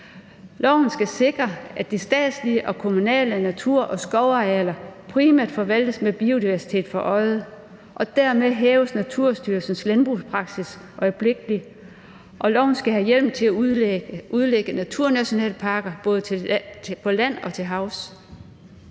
Loven skal sikre, at de statslige og kommunale natur- og skovarealer primært forvaltes med biodiversitet for øje, og dermed hæves Naturstyrelsens landbrugspraksis øjeblikkelig. Og der skal i loven være hjemmel til at udlægge naturnationalparker, både på land og til havs.